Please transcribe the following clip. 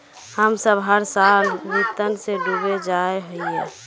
हम सब हर साल ऋण में डूब जाए हीये?